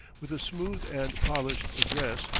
with a smooth and polished address,